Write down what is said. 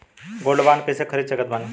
Gold bond कईसे खरीद सकत बानी?